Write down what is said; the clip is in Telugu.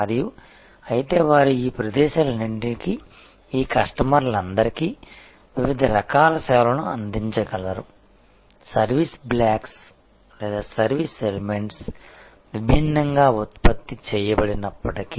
మరియు అయితే వారు ఈ ప్రదేశాలన్నింటికీ ఈ కస్టమర్లందరికీ వివిధ రకాల సేవలను అందించగలరు సర్వీస్ బ్లాక్స్ లేదా సర్వీస్ ఎలిమెంట్స్ విభిన్నంగా ఉత్పత్తి చేయబడినప్పటికీ